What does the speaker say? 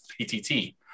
PTT